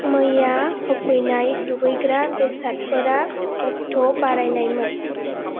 मैया होफैनाय दुगैग्रा बेसादफोरा अक्ट' बारानायमोन